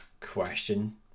question